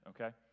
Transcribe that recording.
okay